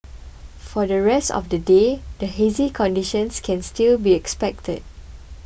for the rest of the day a hazy conditions can still be expected